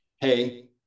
hey